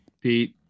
Pete